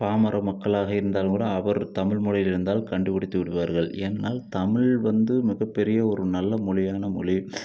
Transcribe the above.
பாமர மக்களாக இருந்தாலும் கூட அவர் தமிழ் மொழியில் இருந்தால் கண்டு பிடித்துவிடுவார்கள் என்னால் தமிழ் வந்து மிகப்பெரிய ஒரு நல்ல மொழியான மொழி